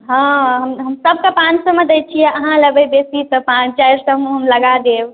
हाँ हम हमसब तऽ पाँच सओमे दै छिए अहाँ लेबै बेसी तऽ पाँच चारि सओमे हम लगा देब